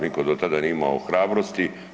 Nitko do tada nije imao hrabrosti.